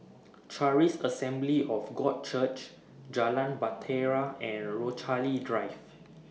Charis Assembly of God Church Jalan Bahtera and Rochalie Drive